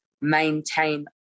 maintain